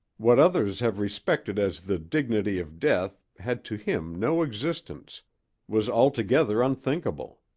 what others have respected as the dignity of death had to him no existence was altogether unthinkable.